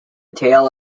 tail